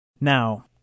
Now